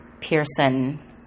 Pearson